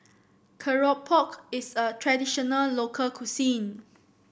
keropok is a traditional local cuisine